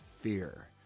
fear